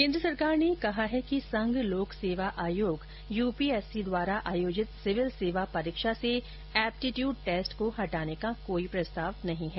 केन्द्र सरकार ने कहा कि संघ लोक सेवा आयोग यूपीएससी द्वारा आयोजित सिविल सेवा परीक्षा से एप्टीट्यूड टेस्ट को हटाने का कोई प्रस्ताव नहीं है